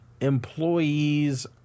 employees